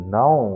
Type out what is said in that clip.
now